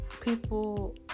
people